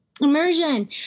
Immersion